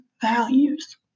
values